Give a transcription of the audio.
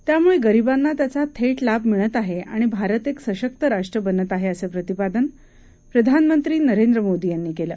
त्यामुळे गरिबांना त्याचा थेट लाभ मिळत आहे आणि भारत एक सशक्त राष्ट्र बनत आहे असं प्रतिपादन प्रधानमंत्री नरेंद्र मोदी यांनी केलं